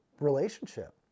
relationship